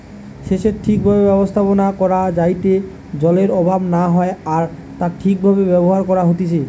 সেচের ঠিক ভাবে ব্যবস্থাপনা করা যাইতে জলের অভাব না হয় আর তা ঠিক ভাবে ব্যবহার করা হতিছে